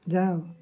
ଯାଅ